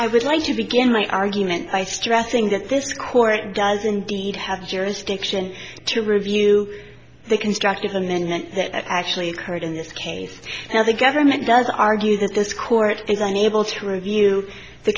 i would like to begin my argument by stressing that this court does indeed have jurisdiction to review the constructive amendment that i actually heard in this case now the government does argue that this court is unable to review the